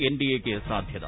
N D A യ്ക്ക് സാധ്യത